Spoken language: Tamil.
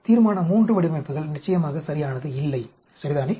தீர்மான III வடிவமைப்புகள் நிச்சயமாக சரியானது இல்லை சரிதானே